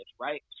right